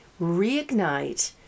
reignite